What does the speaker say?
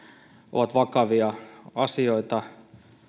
ovat vakavia asioita